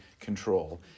control